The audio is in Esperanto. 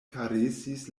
karesis